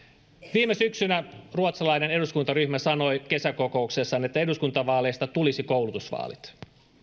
viime syksynä ruotsalainen eduskuntaryhmä sanoi kesäkokouksessaan että eduskuntavaaleista tulisi koulutusvaalit